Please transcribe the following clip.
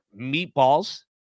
meatballs